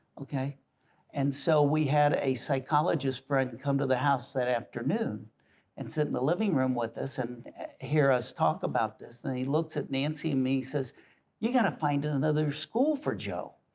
okay and so we had a psychologist friend come to the house that afternoon and sit in the living room with us and hear us talk about this then he looks at nancy and me says you gotta find in another school for joe.